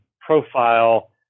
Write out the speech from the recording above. profile